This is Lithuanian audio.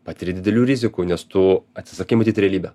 patiri didelių rizikų nes tu atsisakai matyt realybę